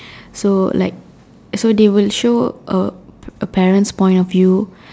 so like so they will show a a parent's point of view